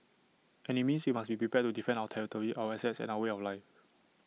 and IT means we must be prepared to defend our territory our assets and our way of life